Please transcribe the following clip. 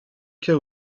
cas